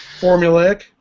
Formulaic